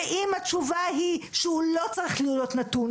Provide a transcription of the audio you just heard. ואם התשובה היא שהוא לא צריך להיות נתון,